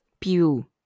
Pew